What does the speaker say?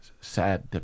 sad